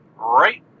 right